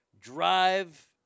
drive